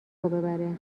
ببره